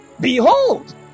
Behold